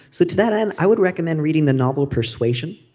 so to that end i would recommend reading the novel persuasion